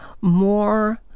more